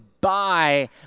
buy